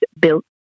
built